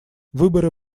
выборы